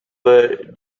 were